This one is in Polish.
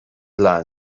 dla